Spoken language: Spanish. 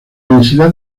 densidad